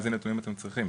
איזה נתונים אתם צריכים,